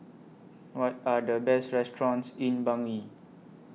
What Are The Best restaurants in Bangui